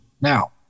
now